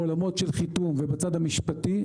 בעולמות של חיתום ובצד המשפטי,